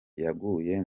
yaguye